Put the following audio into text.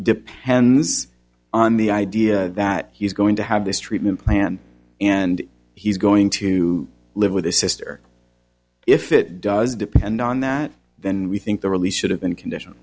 depends on the idea that he's going to have this treatment plan and he's going to live with his sister if it does depend on that then we think the release should have been condition